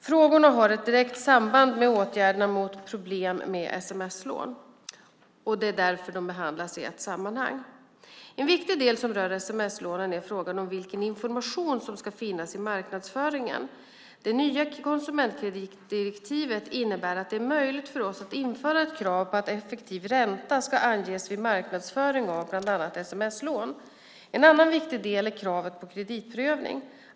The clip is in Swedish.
Frågorna har ett direkt samband med åtgärderna mot problem med sms-lån. Det är därför de behandlas i ett sammanhang. En viktig del som rör sms-lånen är frågan om vilken information som ska finnas i marknadsföringen. Det nya konsumentkreditdirektivet innebär att det är möjligt för oss att införa ett krav på att effektiv ränta ska anges vid marknadsföring av bland annat sms-lån. En annan viktig del är kravet på kreditprövning.